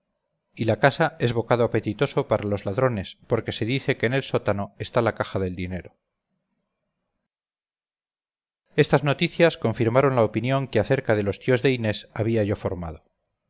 y la casa es bocado apetitoso para los ladrones porque se dice que en el sótano está la caja del dinero estas noticias confirmaron la opinión que acerca de los tíos de inés había yo formado